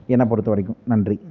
என்னை பொறுத்தவரைக்கும் நன்றி